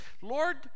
Lord